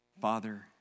Father